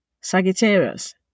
Sagittarius